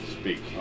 speak